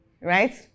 right